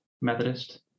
Methodist